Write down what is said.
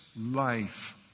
life